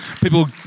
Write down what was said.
People